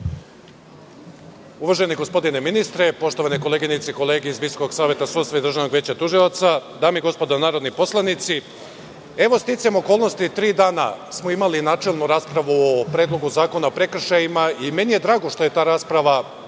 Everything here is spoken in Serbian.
Uvaženi gospodine ministre, poštovane koleginice i kolege iz Visokog saveta sudstva i Državnog veća tužilaca, dame i gospodo narodni poslanici, sticajem okolnosti tri dana smo imali načelnu raspravu o Predlogu zakona o prekršajima. Meni je drago što je ta rasprava